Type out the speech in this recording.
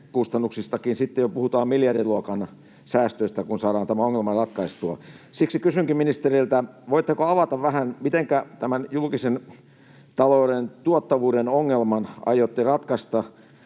sitten jo miljardiluokan säästöistä, kun saadaan tämä ongelma ratkaistua. Siksi kysynkin ministeriltä: voitteko avata vähän, mitenkä tämän julkisen talouden tuottavuuden ongelman aiotte ratkaista